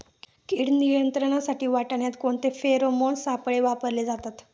कीड नियंत्रणासाठी वाटाण्यात कोणते फेरोमोन सापळे वापरले जातात?